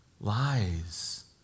lies